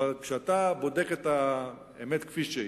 אבל כשאתה בודק את האמת כפי שהיא,